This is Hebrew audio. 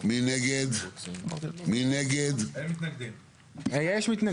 ואם נסיר את המגבלות שיש,